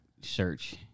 search